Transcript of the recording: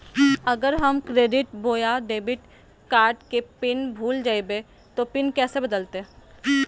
अगर हम क्रेडिट बोया डेबिट कॉर्ड के पिन भूल जइबे तो पिन कैसे बदलते?